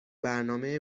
برنامه